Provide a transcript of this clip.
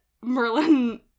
merlin